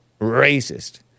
racist